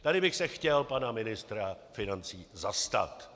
Tady bych se chtěl pana ministra financí zastat.